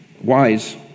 wise